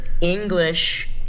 English